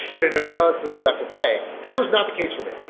but in a roughly productive way. and that was not the case for me.